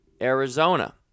Arizona